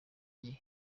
gihe